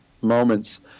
moments